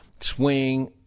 swing